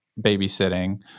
babysitting